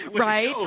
Right